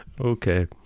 Okay